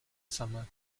summer